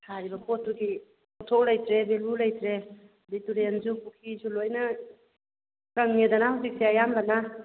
ꯊꯥꯔꯤꯕ ꯄꯣꯠꯇꯨꯒꯤ ꯄꯣꯠꯊꯣꯛ ꯂꯩꯇ꯭ꯔꯦ ꯚꯦꯂꯨ ꯂꯩꯇ꯭ꯔꯦ ꯑꯗꯨꯗꯩ ꯇꯨꯔꯦꯟꯁꯨ ꯄꯨꯈ꯭ꯔꯤꯁꯨ ꯂꯣꯏꯅ ꯀꯪꯉꯦꯗꯅ ꯍꯧꯖꯤꯛꯁꯦ ꯑꯌꯥꯝꯕꯅ